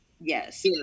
Yes